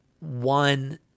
One